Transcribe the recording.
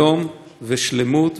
שלום ושלמות,